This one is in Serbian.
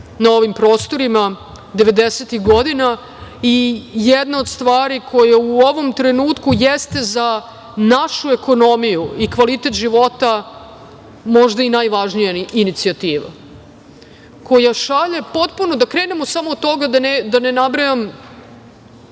na ovim prostorima devedesetih godina i jedna od stvari koja u ovom trenutku jeste za našu ekonomiju i kvalitet života možda i najvažnija inicijativa, da krenemo samo od toga, da ne nabrajam